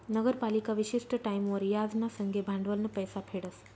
नगरपालिका विशिष्ट टाईमवर याज ना संगे भांडवलनं पैसा फेडस